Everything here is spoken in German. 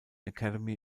academy